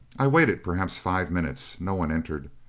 i waited perhaps five minutes. no one entered.